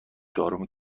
چهارم